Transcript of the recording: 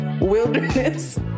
wilderness